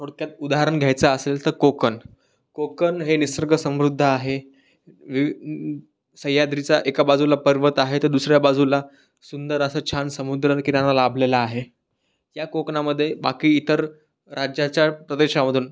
थोडक्यात उदाहरण घ्यायचं असेल तर कोकण कोकण हे निसर्गसमृद्ध आहे वि सह्याद्रीचा एका बाजूला पर्वत आहे तर दुसऱ्या बाजूला सुंदर असं छान समुद्रकिनारा लाभलेला आहे या कोकणामध्ये बाकी इतर राज्याच्या प्रदेशामधून